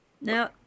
Now